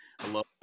Hello